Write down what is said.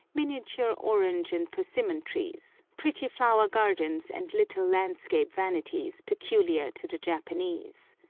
miniature orange and persimmon trees, pretty flower-gardens and little landscape vanities peculiar to the japanese.